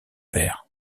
père